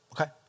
okay